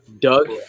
Doug